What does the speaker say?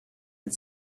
had